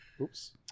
Oops